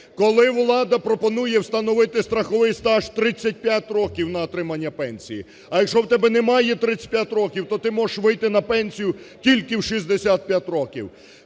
Коли влада пропонує встановити страховий стаж 35 років на отримання пенсії, а якщо в тебе немає 35 років, то ти можеш вийти на пенсію тільки в 65 років.